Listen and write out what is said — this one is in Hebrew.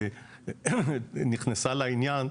לעניין,